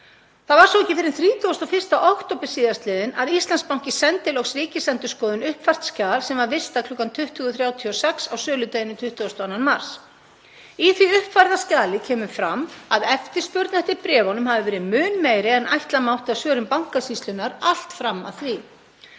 Það var svo ekki fyrr en 31. október síðastliðinn að Íslandsbanki sendi loks Ríkisendurskoðun uppfært skjal sem var vistað kl. 20.36 á söludegi 22. mars. Í því uppfærða skjali kemur fram að eftirspurn eftir bréfunum hafi verið mun meiri en ætla mátti af svörum Bankasýslunnar allt fram að því.